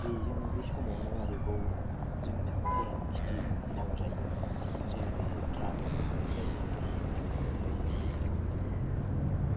बेजों बे समावनो आरोबाव जोङो गोरान खिथि मावजायो जेरै ड्रागन गायजायो बिनिफ्राय